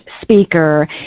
speaker